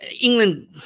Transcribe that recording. England